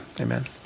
amen